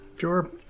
sure